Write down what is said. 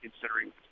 considering